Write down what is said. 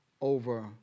over